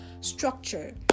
structure